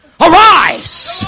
arise